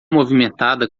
movimentada